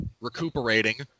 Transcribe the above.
recuperating